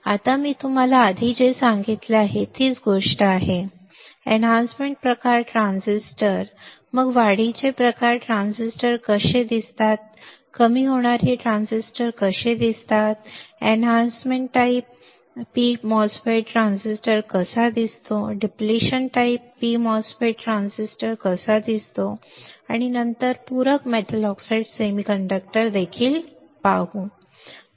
आता मी तुम्हाला आधी जे काही सांगितले आहे तीच गोष्ट आहे एनहॅन्समेंट प्रकार ट्रान्झिस्टर मग वाढीचे प्रकार ट्रान्झिस्टर कसे दिसतात कमी होणारे प्रकार ट्रान्झिस्टर कसे दिसतात वर्धन प्रकार p mos ट्रान्झिस्टर कसा दिसतो डिप्लेशन प्रकार p mos ट्रान्झिस्टर कसा दिसतो असे दिसते आणि नंतर आपण पूरक मेटल ऑक्साईड सेमीकंडक्टर देखील पाहू